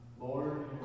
Lord